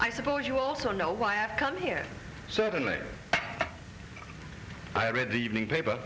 i suppose you also know why i've come here certainly i read the evening paper